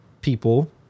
people